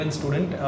student